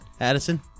Addison